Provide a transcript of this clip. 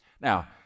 Now